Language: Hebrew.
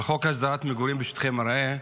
על חוק הסדרת מגורים בשטחי מרעה.